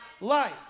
light